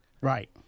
Right